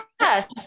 yes